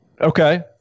Okay